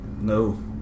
No